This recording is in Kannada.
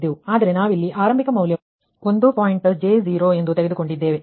ಆದರೆ ನಾವಿಲ್ಲಿ ಆರಂಭಿಕ ಮೌಲ್ಯವನ್ನು 1 j 0 and 1 j 0 ಎಂದು ತೆಗೆದುಕೊಂಡಿದ್ದೇವೆ